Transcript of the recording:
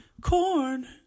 Corn